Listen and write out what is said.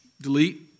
Delete